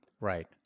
right